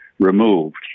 removed